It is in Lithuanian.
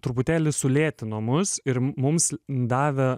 truputėlį sulėtino mus ir mums davė